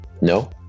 No